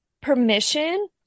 permission